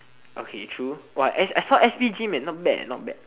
okay true !wah! S~ I saw s_p gym eh not bad eh not bad